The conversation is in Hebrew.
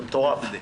זה מטורף.